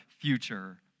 future